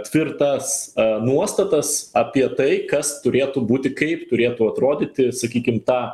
tvirtas nuostatas apie tai kas turėtų būti kaip turėtų atrodyti sakykim ta